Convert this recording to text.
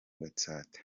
gatsata